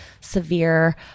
severe